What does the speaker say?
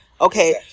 Okay